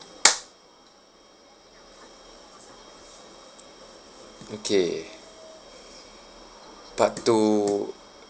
okay part two